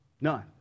None